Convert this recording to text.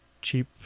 cheap